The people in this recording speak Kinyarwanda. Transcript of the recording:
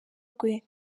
rwe